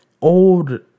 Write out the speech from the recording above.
old